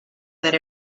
that